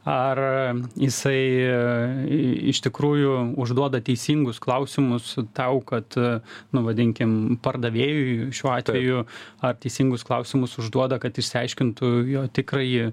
ar jisai iš tikrųjų užduoda teisingus klausimus tau kad nu vadinkim pardavėjui šiuo atveju ar teisingus klausimus užduoda kad išsiaiškintų jo tikrąjį